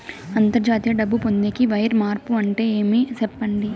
అంతర్జాతీయ డబ్బు పొందేకి, వైర్ మార్పు అంటే ఏమి? సెప్పండి?